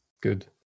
good